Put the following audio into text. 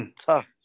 Tough